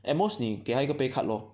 at most 你给他一个 pay cut lor